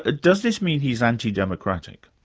ah does this mean he's anti-democratic?